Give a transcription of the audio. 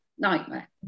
nightmare